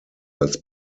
als